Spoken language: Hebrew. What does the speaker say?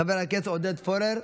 חבר הכנסת עודד פורר,